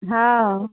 हँ